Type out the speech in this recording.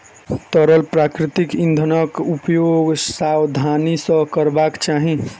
तरल प्राकृतिक इंधनक उपयोग सावधानी सॅ करबाक चाही